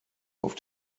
auf